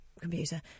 computer